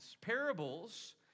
Parables